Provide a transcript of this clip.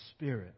Spirit